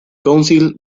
council